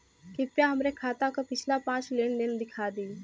कृपया हमरे खाता क पिछला पांच लेन देन दिखा दी